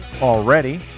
already